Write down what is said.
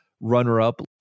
runner-up